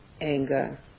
anger